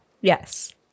Yes